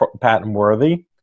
patent-worthy